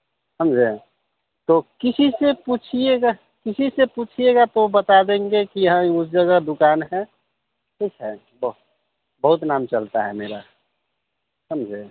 समझे तो किसी से पूछिएगा किसी से पूछिएगा तो बता देंगे कि हाँ उस जगह दुकान है ठीक है बहुत नाम चलता है मेरा समझे